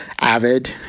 Avid